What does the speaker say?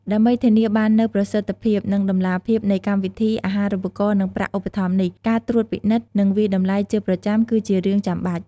ដើម្បីធានាបាននូវប្រសិទ្ធភាព និងតម្លាភាពនៃកម្មវិធីអាហារូបករណ៍ និងប្រាក់ឧបត្ថម្ភនេះ ការត្រួតពិនិត្យ និងវាយតម្លៃជាប្រចាំគឺជារឿងចាំបាច់។